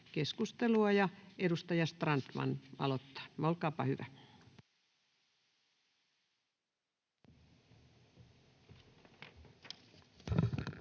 Keskustelua, edustaja Strandman aloittaa. Olkaapa hyvä.